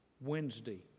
Wednesday